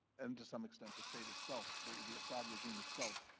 and to some extent the state itself, the the assad regime itself,